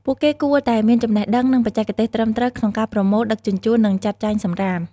ពួកគេគួរតែមានចំណេះដឹង និងបច្ចេកទេសត្រឹមត្រូវក្នុងការប្រមូល ដឹកជញ្ជូន និងចាត់ចែងសំរាម។